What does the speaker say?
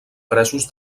presos